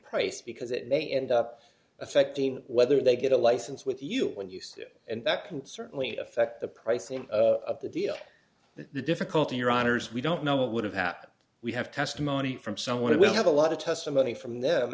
price because it may end up affecting whether they get a license with you when you see it and that can certainly affect the pricing of the deal the difficulty your honour's we don't know what would have happened we have testimony from someone who will have a lot of testimony from them